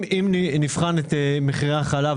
אם נבחן את מחירי החלב